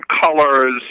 colors